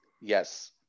Yes